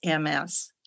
MS